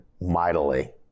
mightily